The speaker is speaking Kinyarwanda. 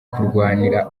kurwanira